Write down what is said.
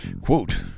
Quote